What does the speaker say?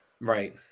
Right